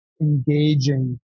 engaging